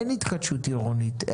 אין התחדשות עירונית,